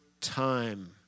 time